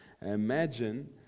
Imagine